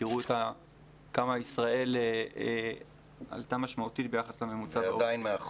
תראו כמה ישראל עלתה משמעותית ביחס לממוצע ב-OECD.